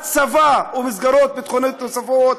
הצבא ומסגרות ביטחוניות נוספות.